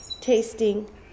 tasting